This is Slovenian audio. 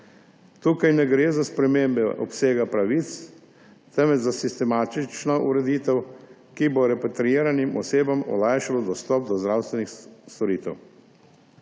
Tukaj ne gre za spremembe obsega pravic, temveč za sistematično ureditev, ki bo repatriiranim osebam olajšala dostop do zdravstvenih storitev.